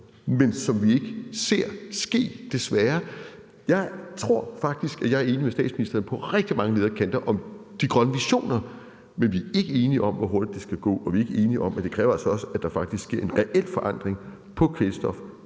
men som vi ikke ser ske, desværre. Jeg tror faktisk, jeg er enig med statsministeren på rigtig mange leder og kanter i de grønne visioner, men vi er ikke enige om, hvor hurtigt det skal gå, og vi er ikke enige om det med kvælstof, for det kræver altså også, at der faktisk sker en reel forandring med